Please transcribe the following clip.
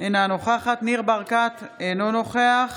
אינה נוכחת ניר ברקת, אינו נוכח